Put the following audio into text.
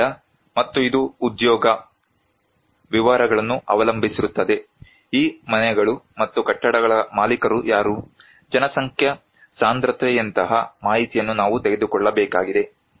ಆದ್ದರಿಂದ ಮತ್ತು ಇದು ಉದ್ಯೋಗ ವಿವರಗಳನ್ನು ಅವಲಂಬಿಸಿರುತ್ತದೆ ಈ ಮನೆಗಳು ಮತ್ತು ಕಟ್ಟಡಗಳ ಮಾಲೀಕರು ಯಾರು ಜನಸಂಖ್ಯಾ ಸಾಂದ್ರತೆಯಂತಹ ಮಾಹಿತಿಯನ್ನು ನಾವು ತೆಗೆದುಕೊಳ್ಳಬೇಕಾಗಿದೆ